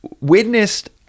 witnessed